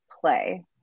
play